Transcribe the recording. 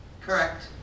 Correct